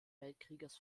weltkrieges